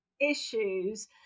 issues